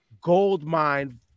goldmine